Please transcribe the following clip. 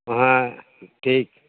হ্যাঁ ঠিক